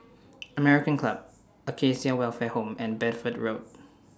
American Club Acacia Welfare Home and Bedford Road